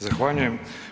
Zahvaljujem.